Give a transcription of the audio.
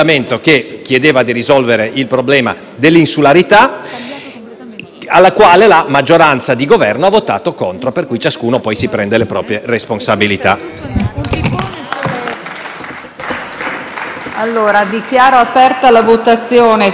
sul quale la maggioranza di Governo ha votato contro, per cui ciascuno poi si prende le proprie responsabilità.